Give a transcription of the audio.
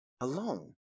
alone